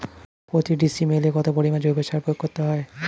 প্রতি ডিসিমেলে কত পরিমাণ জৈব সার প্রয়োগ করতে হয়?